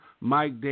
Mike